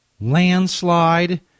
landslide